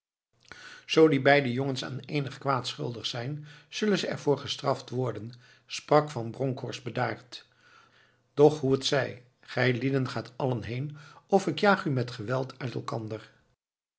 zoo die beide jongens aan eenig kwaad schuldig zijn zullen ze ervoor gestraft worden sprak van bronkhorst bedaard doch hoe het zij gijlieden gaat allen heen of ik jaag u met geweld uit elkander